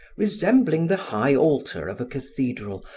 resembling the high altar of a cathedral,